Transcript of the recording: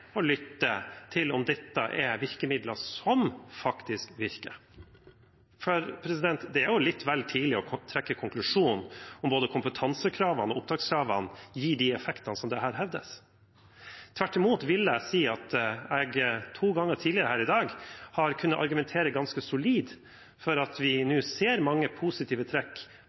og lytte til om dette er virkemidler som faktisk virker. For det er jo litt vel tidlig å trekke konklusjonen om hvorvidt både kompetansekravene og opptakskravene gir de effekter som her hevdes. Tvert imot vil jeg si at jeg to ganger tidligere her i dag har kunnet argumentere ganske solid for at vi nå ser mange positive trekk